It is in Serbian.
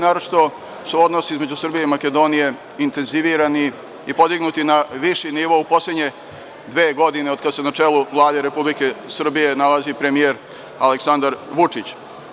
Naročito su odnosi između Srbije i Makedonije intenzivirani i podignute na viši nivo u poslednje dve godine od kada se na čelu Vlade Republike Srbije nalazi premijer Aleksandar Vučić.